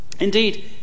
Indeed